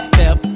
Step